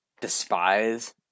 despise